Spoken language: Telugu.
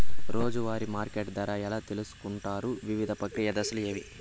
రోజూ వారి మార్కెట్ ధర ఎలా తెలుసుకొంటారు వివిధ ప్రక్రియలు దశలు ఏవి?